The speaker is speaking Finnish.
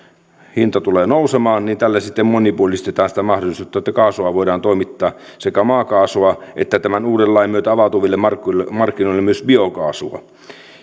johtuen nousemaan niin tällä sitten monipuolistetaan sitä mahdollisuutta että kaasua voidaan toimittaa sekä maakaasua että tämän uuden lain myötä avautuville markkinoille markkinoille myös biokaasua